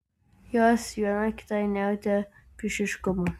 jos viena kitai nejautė priešiškumo